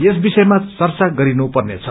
यस विषयमा चर्चा गरिनु पर्नेछ